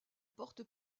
porte